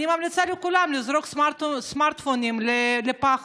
אני ממליצה לכולם לזרוק את הסמארטפונים לפח